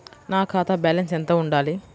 నా ఖాతా బ్యాలెన్స్ ఎంత ఉండాలి?